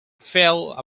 fell